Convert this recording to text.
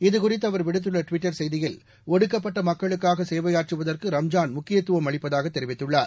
இதுகுறித்து அவர் விடுத்துள்ள ட்விட்டர் செய்தியில் ஒடுக்கப்பட்ட மக்களுக்காக சேவையாற்றுவதற்கு ரம்ஜான் முக்கியத்துவம் அளிப்பதாக தெரிவித்துள்ளார்